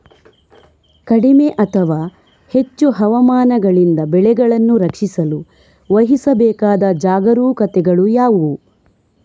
ಕಡಿಮೆ ಅಥವಾ ಹೆಚ್ಚು ಹವಾಮಾನಗಳಿಂದ ಬೆಳೆಗಳನ್ನು ರಕ್ಷಿಸಲು ವಹಿಸಬೇಕಾದ ಜಾಗರೂಕತೆಗಳು ಯಾವುವು?